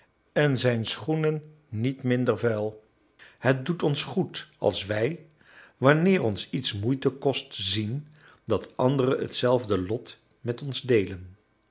en zijn schoenen niet minder vuil het doet ons goed als wij wanneer ons iets moeite kost zien dat anderen hetzelfde lot met ons deelen